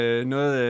noget